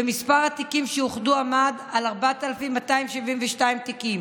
ומספר התיקים שאוחדו עמד על 4,272 תיקים.